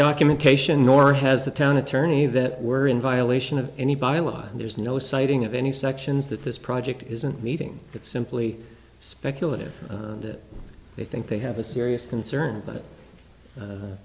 documentation nor has the town attorney that we're in violation of any by law there's no sighting of any sections that this project isn't meeting it's simply speculative that they think they have a serious concern